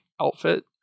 outfit